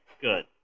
good